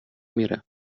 میرم